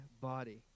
body